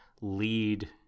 lead